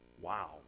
Wow